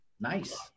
Nice